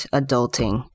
adulting